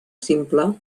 simple